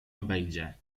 obejdzie